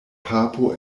papo